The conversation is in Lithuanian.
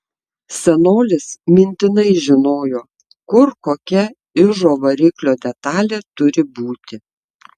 senolis mintinai žinojo kur kokia ižo variklio detalė turi būti